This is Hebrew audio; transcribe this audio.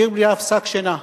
עיר בלי אף שק שינה,